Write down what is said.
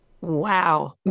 Wow